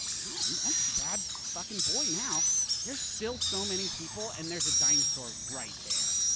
i'm a bad fucking boy now. there's still so many people, and there's a dinosaur right there.